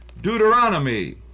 Deuteronomy